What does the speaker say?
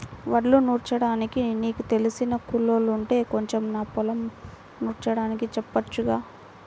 వడ్లు నూర్చడానికి నీకు తెలిసిన కూలోల్లుంటే కొంచెం నా పొలం నూర్చడానికి చెప్పొచ్చుగా